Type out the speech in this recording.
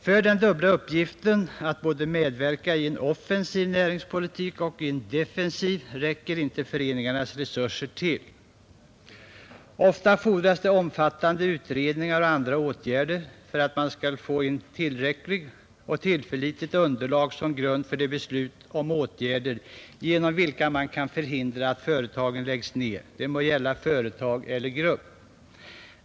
För den dubbla uppgiften att medverka i en både offensiv och defensiv näringspolitik räcker inte föreningarnas resurser till. Ofta fordras omfattande utredningar och andra åtgärder för att man skall få tillförlitligt underlag för beslut om åtgärder genom vilka man kan förhindra att företag läggs ned — det må gälla enskilda företag eller grupper.